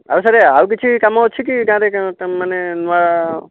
ଆଉ ସାର୍ ଆଉ କିଛି କାମ ଅଛି କି ଗାଁରେ ମାନେ ନୁଆ